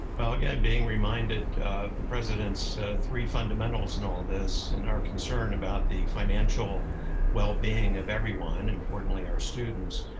well, again, being reminded the president's three fundamentals in all of this and our concern about the financial wellbeing of everyone and importantly, our students,